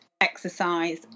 exercise